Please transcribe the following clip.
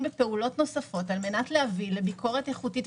בפעולות נוספות על מנת להביא לביקורת איכותית,